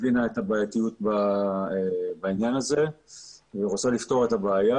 שהבינה את הבעייתיות בעניין הזה והיא רוצה לפתור את הבעיה.